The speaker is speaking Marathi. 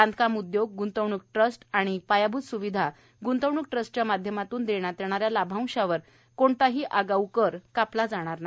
बांधकाम उद्योग ग्ंतवण्क ट्रस्ट आणि पायाभूत स्विधा गृंतवणूक ट्रस्टच्या माध्यमातून देण्यात येणाऱ्या लाभांशावर कोणताही आगाऊ कर कापला जाणार नाही